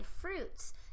fruits